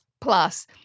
plus